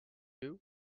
you